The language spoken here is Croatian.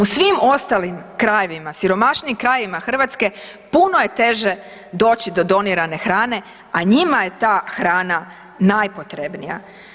U svim ostalim krajevima, siromašnijim krajevima Hrvatske, puno je teže doći do donirane hrane a njima je ta hrana najpotrebnija.